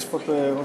לא,